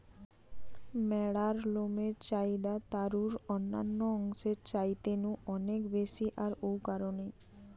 ম্যাড়ার লমের চাহিদা তারুর অন্যান্য অংশের চাইতে নু অনেক বেশি আর ঔ কারণেই